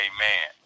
Amen